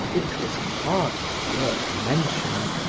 it was hardly worth mentioning,